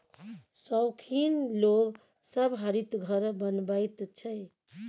शौखीन लोग सब हरित घर बनबैत छै